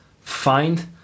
find